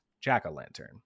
Jack-o-lantern